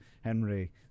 Henry